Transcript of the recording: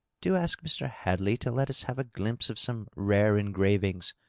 do ask mr. hadley to let us have a glimpse of some rare engravings.